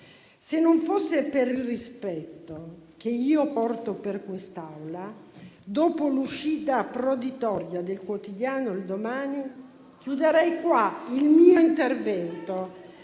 se non fosse per il rispetto che io porto per quest'Aula, dopo l'uscita proditoria del quotidiano «Domani» chiuderei qua il mio intervento.